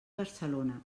barcelona